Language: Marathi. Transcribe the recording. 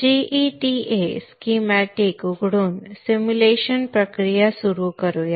जीईडीए स्कीमॅटिक उघडून सिम्युलेशन प्रक्रिया सुरू करू या